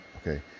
Okay